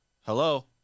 Hello